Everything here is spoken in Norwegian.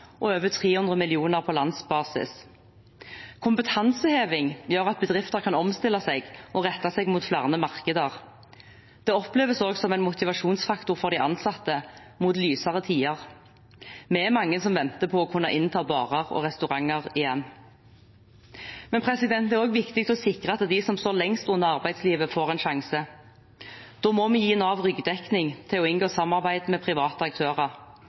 og over 300 mill. kr på landsbasis. Kompetanseheving gjør at bedrifter kan omstille seg og rette seg mot flere markeder. Det oppleves også som en motivasjonsfaktor for de ansatte mot lysere tider. Vi er mange som venter på å kunne innta barer og restauranter igjen. Men det er også viktig å sikre at de som står lengst unna arbeidslivet, får en sjanse. Da må vi gi Nav ryggdekning til å inngå samarbeid med private aktører.